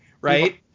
right